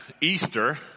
Easter